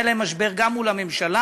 היה להם משבר גם מול הממשלה,